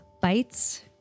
bites